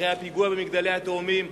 אחרי הפיגוע ב"מגדלי התאומים",